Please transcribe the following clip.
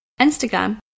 Instagram